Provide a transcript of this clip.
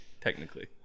technically